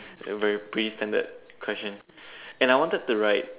very pretty standard question and I wanted to write